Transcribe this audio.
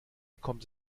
kommt